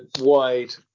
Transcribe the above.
wide